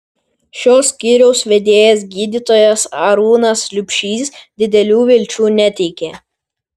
šio skyriaus vedėjas gydytojas arūnas liubšys didelių vilčių neteikė